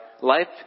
life